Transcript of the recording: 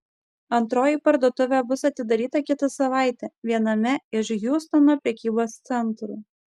antroji parduotuvė bus atidaryta kitą savaitę viename iš hjustono prekybos centrų